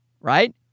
right